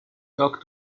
talk